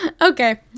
okay